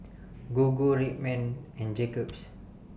Gogo Red Man and Jacob's